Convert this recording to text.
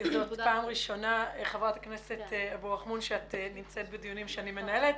זאת פעם ראשונה שאת נמצאת בדיונים שאני מנהלת.